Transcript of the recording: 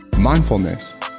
Mindfulness